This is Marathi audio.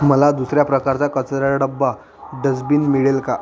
मला दुसऱ्या प्रकारचा कचऱ्याचा डबा डस्बीन मिळेल का